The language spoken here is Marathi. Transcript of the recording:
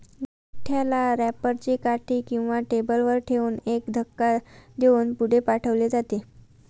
गठ्ठ्याला रॅपर ची काठी किंवा टेबलावर ठेवून एक धक्का देऊन पुढे पाठवले जाते